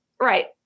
right